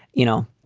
you know